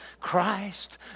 Christ